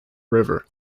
river